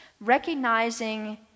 recognizing